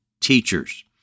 teachers